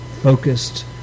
focused